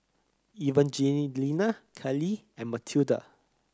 Evangelina Kailey and Matilde